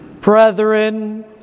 brethren